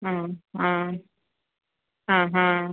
ആ ആ ആ ഹാ